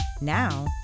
Now